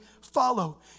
follow